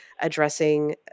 addressing